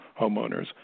homeowners